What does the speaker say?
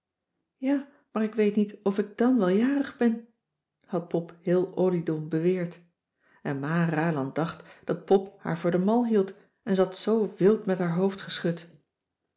ja maar ik weet niet of ik dàn wel jarig ben had pop heel oliedom beweerd en ma raland dacht dat pop haar voor den mal hield en ze had zoo wild met haar hoofd geschud